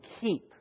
keep